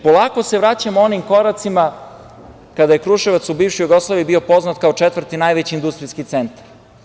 Polako se vraćamo onim koracima kada je Kruševac u bivšoj Jugoslaviji bio poznat kao četvrti najveći industrijski centar.